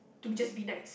to just be nice